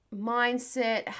mindset